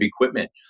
equipment